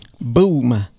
Boom